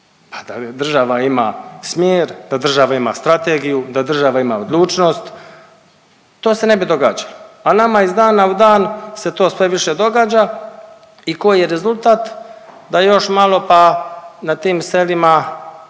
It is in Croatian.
A da država ima smjer, da država ima strategiju, da država ima odlučnost to se ne bi događalo. A nama iz dana u dan se to sve više događa i koji je rezultat, da još malo pa na tim selima